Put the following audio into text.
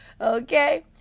Okay